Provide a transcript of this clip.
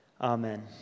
Amen